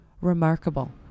Remarkable